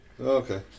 Okay